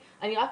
ישתנו.